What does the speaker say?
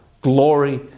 glory